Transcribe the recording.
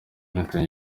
clinton